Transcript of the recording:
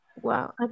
Wow